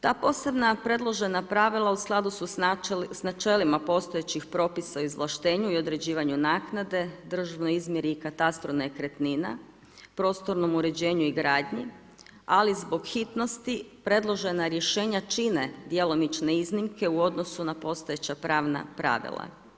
Ta posebna predložena pravila u skladu su s načelima postojećih propisa o izvlaštenju i određivanju naknade …/nerazumljivo/… izmjeri i katastru nekretnina, prostornom uređenju i gradnji, ali zbog hitnosti predložena rješenja čine djelomične iznimke u odnosu na postojeća pravna pravila.